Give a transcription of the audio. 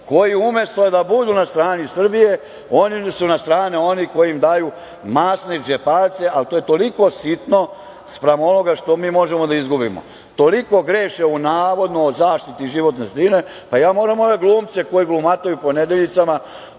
koji umesto da budu na strani Srbije, oni su na strani onih koji im daju masne džeparce, ali to je toliko sitno spram onoga što mi možemo da izgubimo. Toliko greše u navodno zaštiti životne sredine. Ja moram ove glumce koji glumataju po Nedeljicama,